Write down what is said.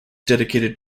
dedicated